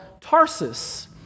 Tarsus